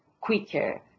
quicker